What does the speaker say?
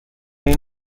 این